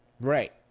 Right